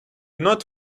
not